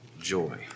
joy